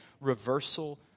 reversal